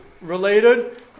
related